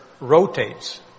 rotates